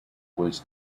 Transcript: was